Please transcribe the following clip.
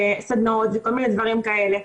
וסדנאות וכל מיני דברים כאלה.